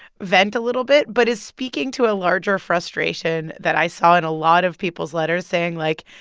vent a little bit but is speaking to a larger frustration that i saw in a lot of people's letters saying, like,